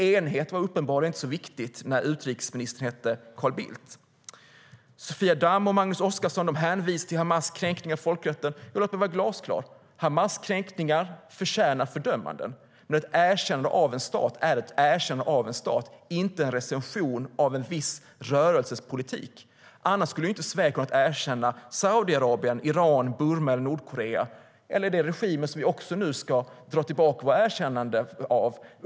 Enighet var uppenbarligen inte så viktigt när utrikesministern hette Carl Bildt. Sofia Damm och Magnus Oscarsson hänvisar till Hamas kränkningar av folkrätten. Men låt mig vara glasklar: Hamas kränkningar förtjänar fördömanden, men ett erkännande av en stat är ett erkännande av en stat, inte en recension av en viss rörelses politik. Annars skulle ju inte Sverige ha kunnat erkänna Saudiarabien, Iran, Burma eller Nordkorea. Eller är det regimer som vi också ska dra tillbaka våra erkännanden av?